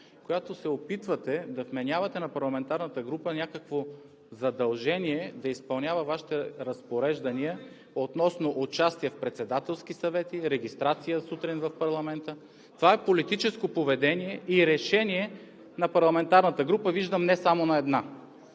които се опитвате да вменявате на парламентарна група задължение да изпълнява Вашите разпореждания относно участие в Председателски съвет, регистрация сутрин в парламента. Това е политическо поведение и решение на парламентарната група – виждам, не само на една.